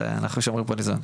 אבל אנחנו שומרים פה על איזון.